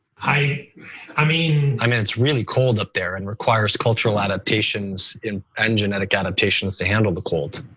i i mean i mean it's really cold up there and requires cultural adaptations in any genetic adaptations to handle the cold.